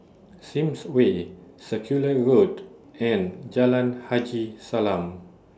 Sims Way Circular Road and Jalan Haji Salam